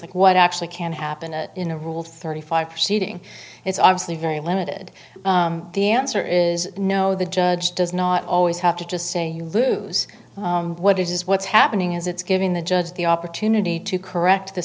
like what actually can happen in a rule thirty five perceiving it's obviously very limited the answer is no the judge does not always have to just say you lose what is what's happening is it's giving the judge the opportunity to correct the